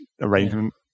arrangement